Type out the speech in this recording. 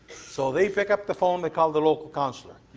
so they pick up the phone, they call their local councillor.